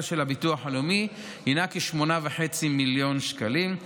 של הביטוח הלאומי היא כ-8.5 מיליון שקלים,